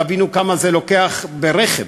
תבינו כמה זה לוקח ברכב.